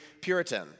Puritan